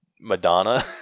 Madonna